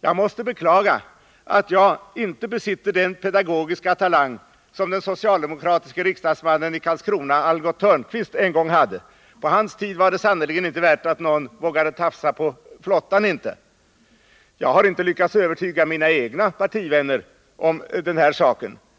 Jag måste beklaga att jag inte besitter den pedagogiska talang som den socialdemokratiske riksdagsmannen i Karlskrona, Algot Törnkvist, en gång hade. På hans tid var det sannerligen inte värt att någon vågade tafsa på flottan. Jag har inte ens lyckats övertyga mina egna partivänner om dess betydelse.